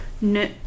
No